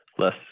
Less